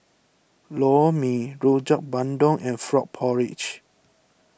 Lor Mee Rojak Bandung and Frog Porridge